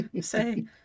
Say